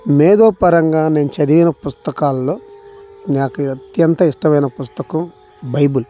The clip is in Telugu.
మేధో పరంగా నేను చదివిన పుస్తకాలల్లో నాకు అత్యంత ఇష్టమైన పుస్తకం బైబుల్